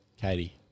Katie